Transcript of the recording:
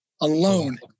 alone